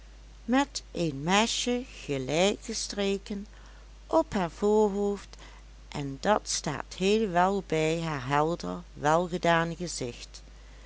met een mesje gelijkgestreken op haar voorhoofd en dat staat heel wel bij haar helder welgedaan gezicht